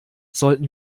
sollten